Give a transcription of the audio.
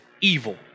evil